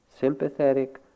sympathetic